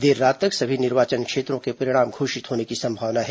देर रात तक सभी निर्वाचन क्षेत्रों के परिणाम घोषित होने की संभावना है